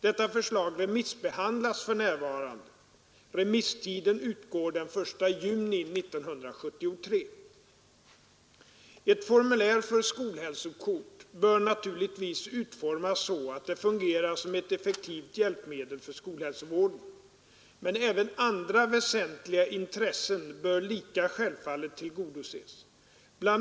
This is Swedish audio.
Detta förslag remissbehandlas för närvarande. Remisstiden utgår den 1 juni 1973. Ett formulär för skolhälsokort bör naturligtvis utformas så att det fungerar som ett effektivt hjälpmedel för skolhälsovården. Men även andra väsentliga intressen bör lika självfallet tillgodoses. Bl.